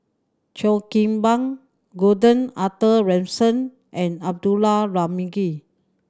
Cheo Kim Ban Gordon Arthur Ransome and Abdullah Tarmugi